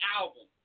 album